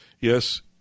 Yes